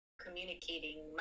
communicating